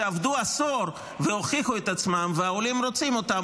שעבדו עשור והוכיחו את עצמם והעולים רוצים אותם,